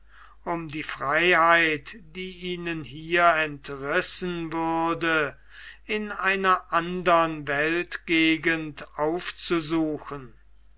um die freiheit die ihnen hier entrissen würde in einer andern weltgegend aufzusuchen